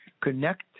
connect